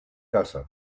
casa